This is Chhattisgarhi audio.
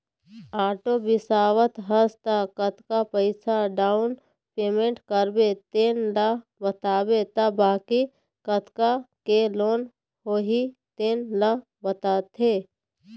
आटो बिसावत हस त कतका पइसा डाउन पेमेंट करबे तेन ल बताबे त बाकी कतका के लोन होही तेन ल बताथे